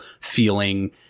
feeling